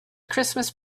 christmas